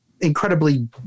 incredibly